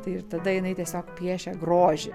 tai ir tada jinai tiesiog piešė grožį